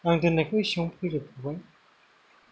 आं होननायखौ एसेयावनो फोजोबथ'बाय